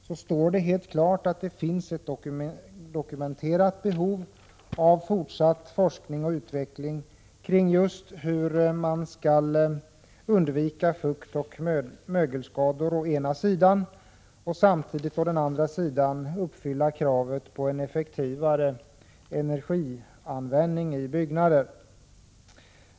Det står helt klart att det finns ett dokumenterat behov av fortsatt forskning och utveckling kring just hur man å ena sidan skall undvika fuktoch mögelskador och samtidigt å andra sidan uppfylla kraven på en effektivare energianvändning i byggnader.